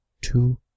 two